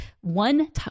one